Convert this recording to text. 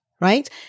Right